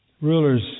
Rulers